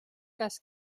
cas